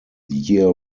year